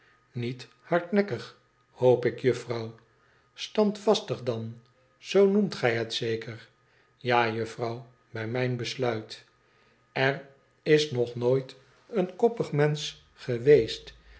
iniet hardnekkig hoop ik juffrouw standvastig dan zoo noemt gij het zeker tja juflfrouw bij mijn besluit er is nog nooit een koppig mensch geweest